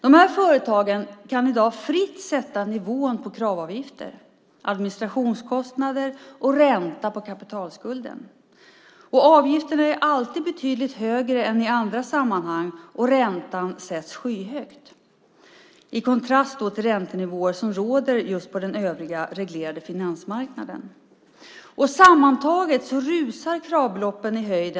Dessa företag kan i dag fritt sätta nivån på kravavgifter, administrationskostnader och ränta på kapitalskulden. Avgiften är alltid betydligt högre än i andra sammanhang, och räntan sätts skyhögt - då i kontrast till de räntenivåer som råder på den övriga reglerade finansmarknaden. Sammantaget rusar kravbeloppen i höjden.